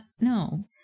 no